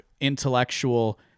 intellectual